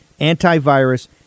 antivirus